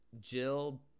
Jill